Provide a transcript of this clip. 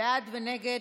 בעד ונגד.